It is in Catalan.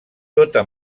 tota